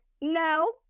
No